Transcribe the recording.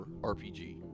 RPG